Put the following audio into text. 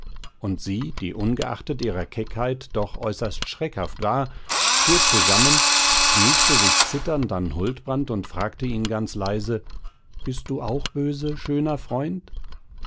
und sie die ungeachtet ihrer keckheit doch äußerst schreckhaft war fuhr zusammen schmiegte sich zitternd an huldbrand und fragte ihn ganz leise bist du auch böse schöner freund